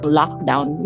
lockdown